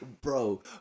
Bro